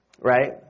Right